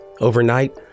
Overnight